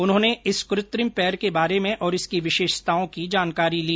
उन्होंने इस कृत्रिम पैर के बारे में और इसकी विशेषताओं की जानकारी ली